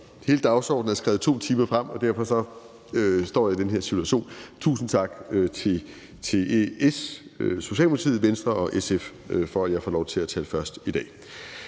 hele dagsordenen er skrevet 2 timer frem, og derfor står jeg i den her situation. Tusind tak til Socialdemokratiet, Venstre og SF for, at jeg får lov til at tale først i dag.